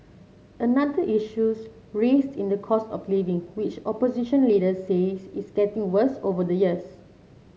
another issues raised in the cost of living which opposition leaders says is getting worse over the years